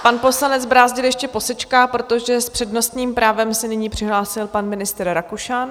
Pan poslanec Brázdil ještě posečká, protože s přednostním právem se nyní přihlásil pan ministr Rakušan.